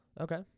Okay